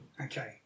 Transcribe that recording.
Okay